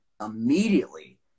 immediately